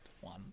one